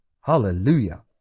Hallelujah